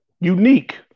unique